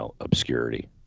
obscurity